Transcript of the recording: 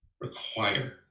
require